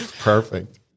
Perfect